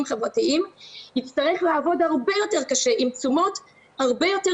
חברתיים יצטרך לעבוד הרבה יותר קשה עם תשומות הרבה יותר